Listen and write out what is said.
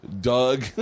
Doug